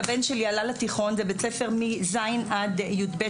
הבן שלי עלה לתיכון בבית-ספר מכיתה ז' עד י"ב.